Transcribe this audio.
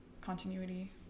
continuity